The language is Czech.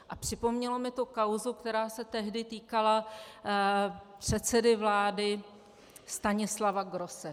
A připomnělo mi to kauzu, která se tehdy týkala předsedy vlády Stanislava Grosse.